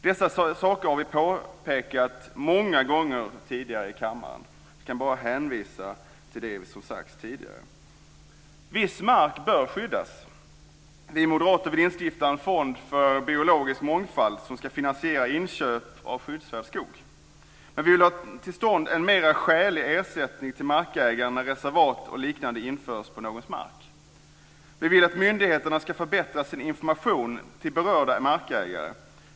Dessa saker har vi påpekat många gånger tidigare i kammaren. Jag kan bara hänvisa till det som sagts tidigare. Viss mark bör skyddas. Vi moderater vill instifta en fond för biologisk mångfald som ska finansiera inköp av skyddsvärd skog. Men vi vill ha till stånd en mer skälig ersättning till markägaren när reservat och liknande införs på någons mark. Vi vill att myndigheterna ska förbättra sin information till berörda markägare.